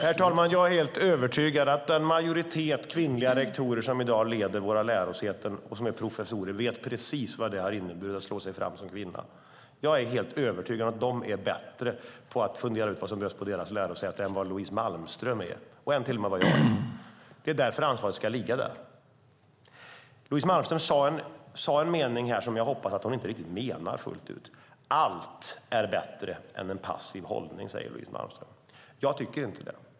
Herr talman! Jag är helt övertygad om att en majoritet av de kvinnliga rektorer som i dag leder våra lärosäten och som är professorer vet precis vad det har inneburit att slå sig fram som kvinna. Jag är helt övertygad att de är bättre på att fundera ut vad som behövs på deras lärosäten än vad Louise Malmström är, och till och med bättre än vad jag är. Det är därför som ansvaret ska ligga där. Louise Malmström sade något som jag hoppas att hon inte riktigt menar fullt ut: Allt är bättre än en passiv hållning. Jag tycker inte det.